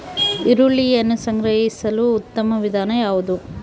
ಈರುಳ್ಳಿಯನ್ನು ಸಂಗ್ರಹಿಸಲು ಉತ್ತಮ ವಿಧಾನ ಯಾವುದು?